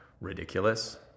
ridiculous